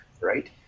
right